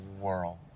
world